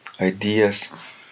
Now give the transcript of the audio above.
ideas